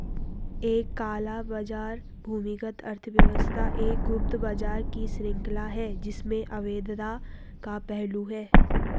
एक काला बाजार भूमिगत अर्थव्यवस्था एक गुप्त बाजार की श्रृंखला है जिसमें अवैधता का पहलू है